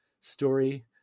story